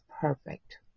perfect